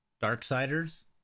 Darksiders